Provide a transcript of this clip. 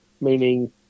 meaning